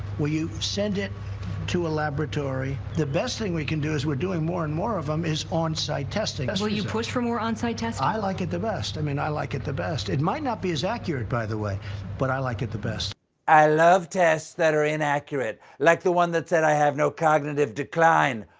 where you send it to a laboratory. the best thing we can do is we are doing more and more of them is onsite testing. will you push for more onsite testing. i like it the best. i mean i like it the best. it might not be as accurate by the way but i like it the best. stephen i love tests that are inaccurate, like the one that said i have no cognitive decline.